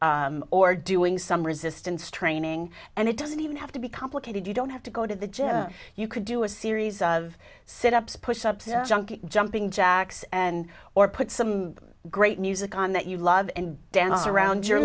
up or doing some resistance training and it doesn't even have to be complicated you don't have to go to the gym you could do a series of sit ups push ups jumping jacks and or put some great music on that you love and dance around your